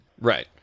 right